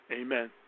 Amen